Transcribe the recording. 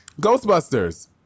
Ghostbusters